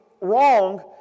wrong